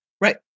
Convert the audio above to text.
Right